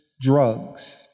Drugs